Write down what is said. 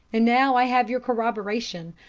and now i have your corroboration,